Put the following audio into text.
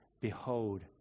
behold